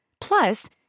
Plus